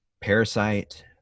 parasite